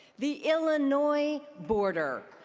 the illinois border,